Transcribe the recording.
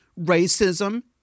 Racism